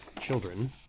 children